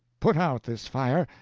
put out this fire,